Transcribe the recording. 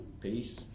Peace